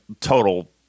total